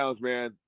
man